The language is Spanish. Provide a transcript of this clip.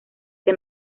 que